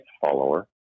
follower